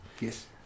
Yes